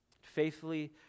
faithfully